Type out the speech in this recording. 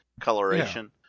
coloration